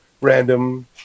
random